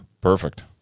Perfect